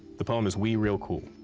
the poem is we real cool.